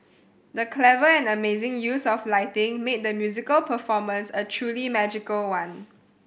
the clever and amazing use of lighting made the musical performance a truly magical one